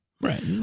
Right